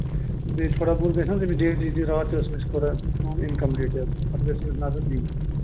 بیٚیہِ تھوڑا بہُت گژھِ نا أمِس ڈیلی دِنۍ راتس أسۍ کوتاہ اِن کمپُلیٖٹ حظ پَتہٕ گژھِ أمِس نَظر دِنۍ